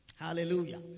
Hallelujah